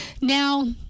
Now